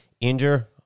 injure